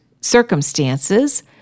circumstances